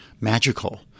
magical